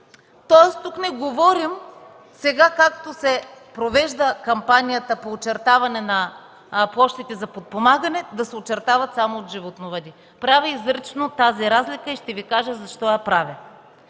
Тоест тук не говорим, както сега се провежда кампанията по очертаване на площите за подпомагане, да се очертава само от животновъди. Правя изрично тази разлика и ще Ви кажа защо я правя.